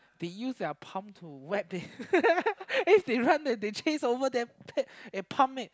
they use their palm to whack it then they run and they chase over them pat and palm it